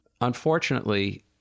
unfortunately